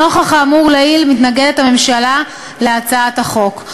נוכח האמור לעיל, הממשלה מתנגדת להצעת החוק.